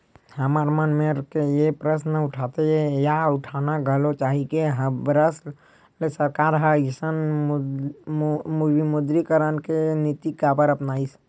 हमर मन मेर ये प्रस्न उठथे या उठाना घलो चाही के हबरस ले सरकार ह अइसन विमुद्रीकरन के नीति काबर अपनाइस?